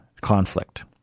conflict